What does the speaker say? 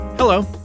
Hello